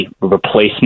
replacement